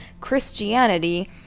christianity